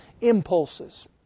impulses